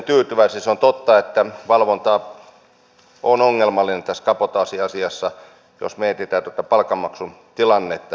se on totta että valvonta on ongelmallista tässä kabotaasiasiassa jos mietitään esimerkiksi tuota palkanmaksun tilannetta